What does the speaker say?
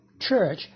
church